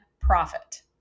profit